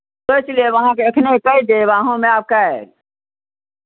सोचि लेब अहाँकेँ एखने कहि देब आ हम आयब काल्हि